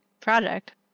project